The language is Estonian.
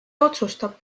otsustab